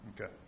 Okay